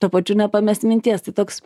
tuo pačiu nepamest minties tai toks